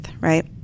right